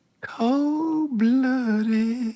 Cold-blooded